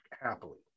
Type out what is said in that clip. happily